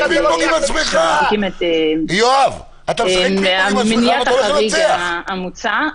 עם נציגים בכירים ממשרד הבריאות ועם הנציגים הבכירים ביותר במשרד.